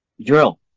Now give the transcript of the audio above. drill